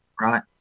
right